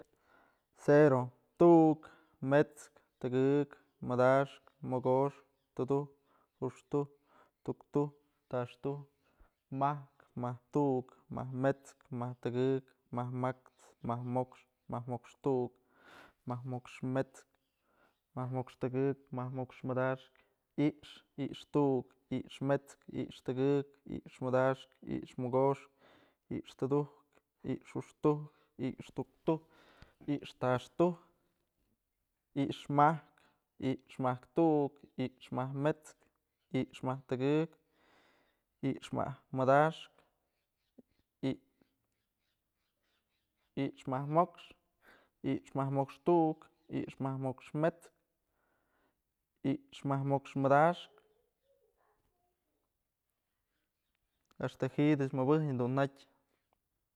Cero, tu'uk, mets'kë, tëkëk, madaxkë, mokoxkë, tudujkë, juxtujkë, tuktujk, taxtujk, majkë, majk tu'uk, majk mets'kë, majk mets'kë tëkëk, majk ma'ax, majk mo'ox, majk mo'ox tu'uk, majk mo'ox mets'kë, majk mo'ox tëkëk, majk mo'ox madaxkë, i'ixë, i'ixë tu'uk, i'ixë mets'kë, i'ixë tëgëk, i'ixë madaxkë, i'ixë mokoxkë, i'ixë tudujkë, i'ixë juxtujkë, i'ixë tuktujk, i'ixë taxtujk, i'ixë majkë, i'ixë majk tu'uk, i'ixë majk mets'kë, i'ixë majk tëkëk, i'ixë majk madaxkë, i'ixë majk mokoxkë, i'ixë majk mokoxkë tu'uk, i'ixë majk mokoxkë mets'kë, i'ixë majk mokoxkë madaxkë, ëxtë ji'idëch mëbëjnëp dun jatyë.